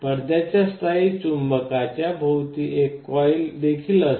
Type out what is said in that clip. पडद्याच्या स्थायी चुंबकाच्या भोवती एक कॉइल देखील असते